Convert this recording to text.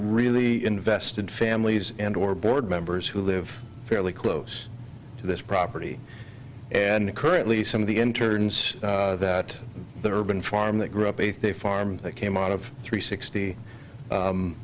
really invested families and or board members who live fairly close to this property and currently some of the interns that the urban farm that grew up a farm that came out of three sixty